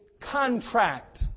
contract